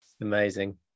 Amazing